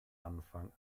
anfang